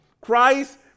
Christ